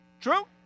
True